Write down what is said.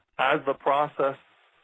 as the process